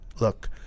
Look